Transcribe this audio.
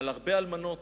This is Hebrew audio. על הרבה אלמנות.